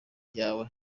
yawe